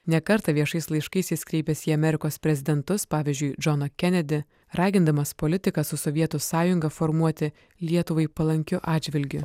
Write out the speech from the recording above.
ne kartą viešais laiškais kreipėsi į amerikos prezidentus pavyzdžiui džoną kenedį ragindamas politiką su sovietų sąjunga formuoti lietuvai palankiu atžvilgiu